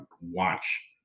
watch